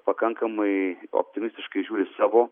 pakankamai optimistiškai žiūri į savo